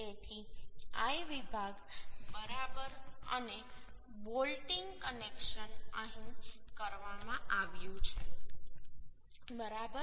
તેથી I વિભાગ બરાબર અને બોલ્ટિંગ કનેક્શન અહીં કરવામાં આવ્યું છે બરાબર